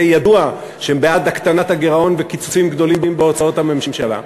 ידוע שהם בעד הקטנת הגירעון וקיצוצים גדולים בהוצאות הממשלה.